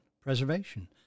preservation